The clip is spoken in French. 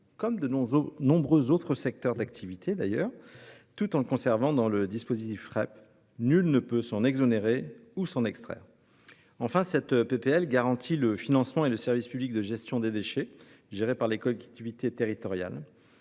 comme de nombreux autres secteurs d'activité, tout en le conservant dans le dispositif REP : nul ne peut s'en exonérer ou s'en extraire. Enfin, cette proposition de loi garantit le financement et le service public de gestion des déchets (SPGD) géré par les collectivités territoriales.